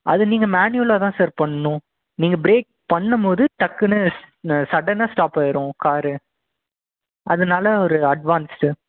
அதை நீங்கள் மேனுவல்லாக தான் சார் பண்ணனும் நீங்கள் பிரேக் பண்ணும் போது டக்குன்னு சடனாக ஸ்டாப் ஆயிரும் காரு அதனால் ஒரு அட்வான்ஸ்டு